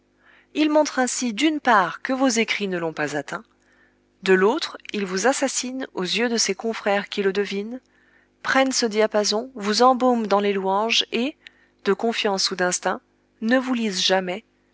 il montre ainsi d'une part que vos écrits ne l'ont pas atteint de l'autre il vous assassine aux yeux de ses confrères qui le devinent prennent ce diapason vous embaument dans les louanges et de confiance ou d'instinct ne vous lisent jamais